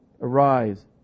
arise